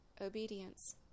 Obedience